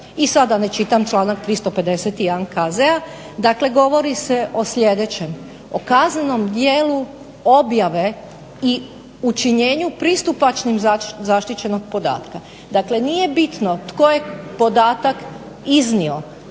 I sad da ne čitam članak 351. KZ-a, dakle govori se o sljedećem: o kaznenom djelu objave i učinjenju pristupačnim zaštićenog podatka. Dakle, nije bitno tko je podatak iznio,